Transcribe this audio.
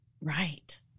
Right